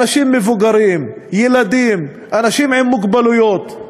אנשים מבוגרים, ילדים, אנשים עם מוגבלויות.